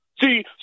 See